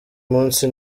munsi